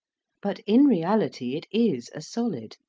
but in reality it is a solid,